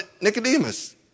Nicodemus